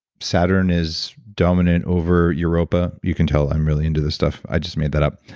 saturn is dominant over europa. you can tell i'm really into this stuff, i just made that up.